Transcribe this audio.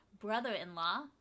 brother-in-law